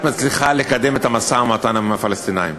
מצליחה לקדם את המשא-ומתן עם הפלסטינים.